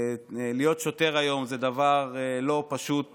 כיום, להיות שוטר זה דבר לא פשוט בכלל,